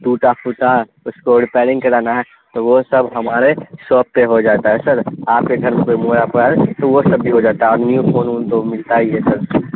ٹوٹا پھوٹا اس کو ڑپیئرنگ کرانا ہے تو وہ سب ہمارے شاپ پہ ہو جاتا ہے سر آپ کے گھر میں کوئی موبائل تو وہ سب بھی ہو جاتا ہے اور نیو پھون اون تو ملتا ہی ہے سر